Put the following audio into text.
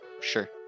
sure